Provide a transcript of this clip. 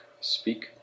speak